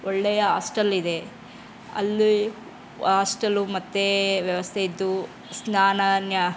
ಒಳ್ಳೆಯ ಹಾಸ್ಟಲಿದೆ ಅಲ್ಲಿ ಹಾಸ್ಟಲು ಮತ್ತು ವ್ಯವಸ್ಥೆ ಇದ್ದು ಸ್ನಾನ